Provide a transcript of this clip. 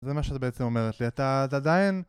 זה מה שזה בעצם אומר לי, שאתה עדיין